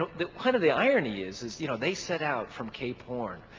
the kind of the irony is is you know they set out from cape horn,